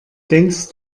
denkst